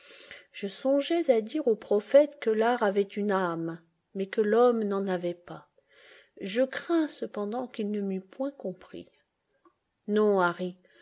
je songeais à dire au prophète que l'art avait une âme mais que l'homme n'en avait pas je crains cependant qu'il ne m'eût point compris non harry